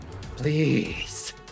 please